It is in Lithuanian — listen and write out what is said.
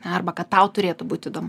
arba kad tau turėtų būt įdomu